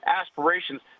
aspirations